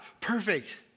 perfect